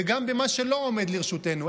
וגם במה שלא עומד לרשותנו.